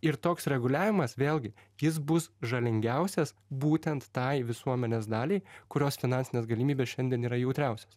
ir toks reguliavimas vėlgi jis bus žalingiausias būtent tai visuomenės daliai kurios finansinės galimybės šiandien yra jautriausios